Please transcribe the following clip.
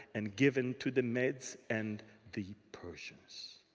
and given to the medes and the persians.